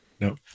No